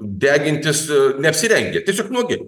degintis neapsirengę tiesiog nuogi